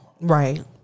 Right